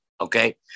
okay